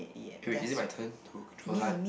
can we is it my turn to draw card